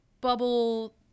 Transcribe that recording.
bubble